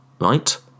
right